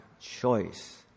choice